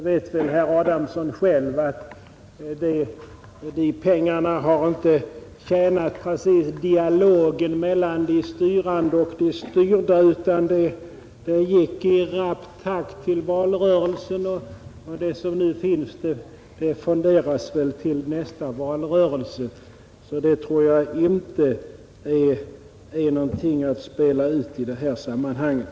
Herr Adamsson vet väl själv att dessa pengar inte precis har tjänat ”dialogen mellan de styrande och de styrda” utan de gick i rapp takt till valrörelsen, och det som nu finns fonderas förmodligen till nästa valrörelse. Därför tror jag inte på att spela ut partistödet i det här sammanhanget.